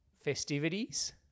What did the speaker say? festivities